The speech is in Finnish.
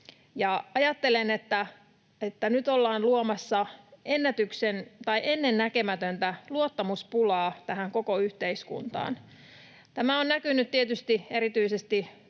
Ajattelen, että nyt ollaan luomassa ennennäkemätöntä luottamuspulaa tähän koko yhteiskuntaan. Tämä on näkynyt tietysti erityisesti